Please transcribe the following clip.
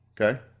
Okay